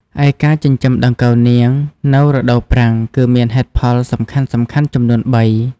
ឯការចិញ្ចឹមដង្កូវនាង នៅរដូវប្រាំង គឺមានហេតុផលសំខាន់ៗចំនួន៣។